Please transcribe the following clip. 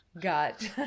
got